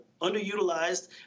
underutilized